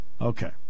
Okay